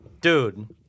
dude